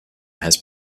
has